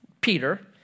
Peter